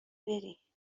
بری